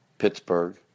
Pittsburgh